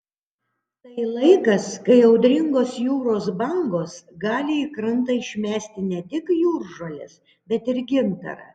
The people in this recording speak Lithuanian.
tai laikas kai audringos jūros bangos gali į krantą išmesti ne tik jūržoles bet ir gintarą